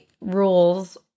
rules